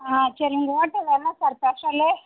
ஆ சரி உங்கள் ஹோட்டல்ல என்ன சார் பெஷலு